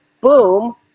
Boom